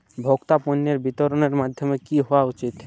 ভোক্তা পণ্যের বিতরণের মাধ্যম কী হওয়া উচিৎ?